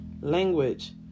language